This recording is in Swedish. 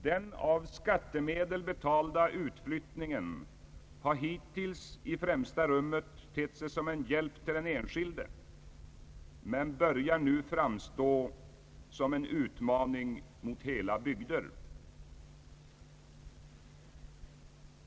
Den av skattemedel betalda utflyttningen har hittills i främsta rummet tett sig som hjälp till den enskilde men börjar nu framstå som en utmaning mot hela bygder.